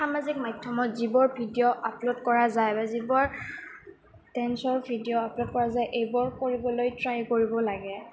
সামাজিক মাধ্যমত যিবোৰ ভিডিঅ' আপলোড কৰা যায় বা যিবোৰ ডেন্সৰ ভিডিঅ' আপলোড কৰা যায় এইবোৰ কৰিবলৈ ট্ৰাই কৰিব লাগে